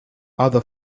other